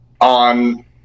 on